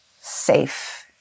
safe